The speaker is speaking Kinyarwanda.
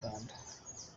canada